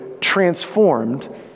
transformed